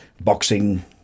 boxing